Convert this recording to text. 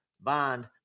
bond